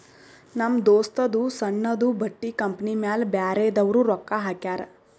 ನಮ್ ದೋಸ್ತದೂ ಸಣ್ಣುದು ಬಟ್ಟಿ ಕಂಪನಿ ಮ್ಯಾಲ ಬ್ಯಾರೆದವ್ರು ರೊಕ್ಕಾ ಹಾಕ್ಯಾರ್